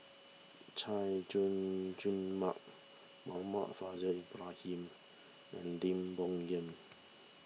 Chay Jung Jun Mark Muhammad Faishal Ibrahim and Lim Bo Yam